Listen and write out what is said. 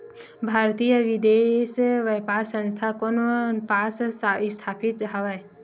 भारतीय विदेश व्यापार संस्था कोन पास स्थापित हवएं?